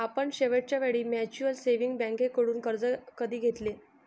आपण शेवटच्या वेळी म्युच्युअल सेव्हिंग्ज बँकेकडून कर्ज कधी घेतले?